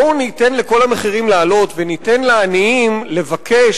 שלפיו בואו ניתן לכל המחירים לעלות וניתן לעניים לבקש